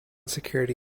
security